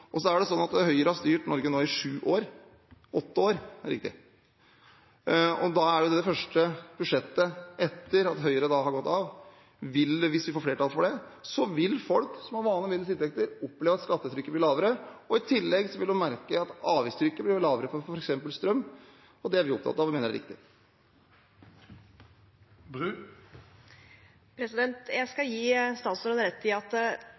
Høyre har styrt Norge i åtte år. I det første budsjettet etter at Høyre har gått av, hvis vi får flertall for det, vil folk som har vanlige og middels inntekter oppleve at skattetrykket blir lavere. I tillegg vil de merke at avgiftstrykket blir lavere, f.eks. for strøm, og det er vi opptatt av og mener er riktig. Tina Bru – til oppfølgingsspørsmål. Jeg skal gi statsråden rett i at